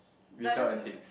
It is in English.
does just of it